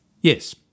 Yes